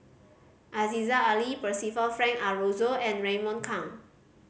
Aziza Ali Percival Frank Aroozoo and Raymond Kang